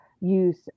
use